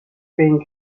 being